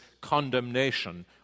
condemnation